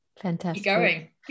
fantastic